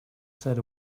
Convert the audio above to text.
said